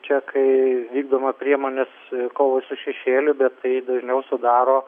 čia kai vykdoma priemonės kovai su šešėliu bet tai dažniau sudaro